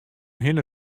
hinne